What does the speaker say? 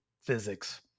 physics